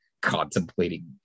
contemplating